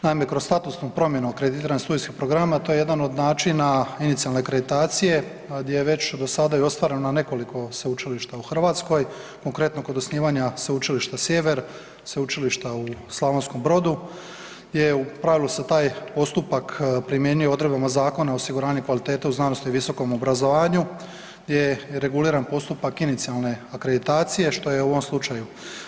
Naime, kroz statusnu promjenu kreditiranih studijskih programa to je jedan od načina inicijalne kreditacije gdje je već do sada i ostvareno na nekoliko sveučilišta u Hrvatskoj, konkretno kod osnivanja Sveučilišta Sjever, sveučilišta u Slavonskom Brodu, gdje u pravilu se taj postupak primjenjuje odredbama Zakona o osiguranju kvalitete u znanosti i visokom obrazovanju, gdje je reguliran postupak inicijalne akreditacije što je u ovom slučaju.